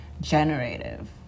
generative